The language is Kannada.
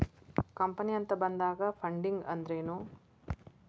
ಕಂಪನಿ ಅಂತ ಬಂದಾಗ ಫಂಡಿಂಗ್ ಅಂದ್ರೆನು?